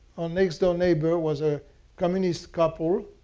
next door neighbor was a communist couple.